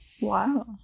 wow